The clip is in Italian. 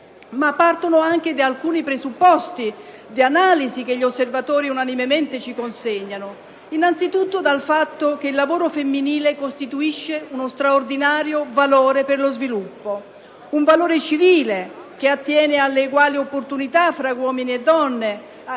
Partono anche da alcune analisi che gli osservatori unanimemente ci consegnano, innanzitutto dal fatto che il lavoro femminile costituisce uno straordinario valore per lo sviluppo, un valore civile che attiene alle eguali opportunità fra uomini e donne.